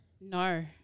No